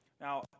Now